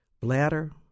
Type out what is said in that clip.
bladder